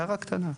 הערה קטנה,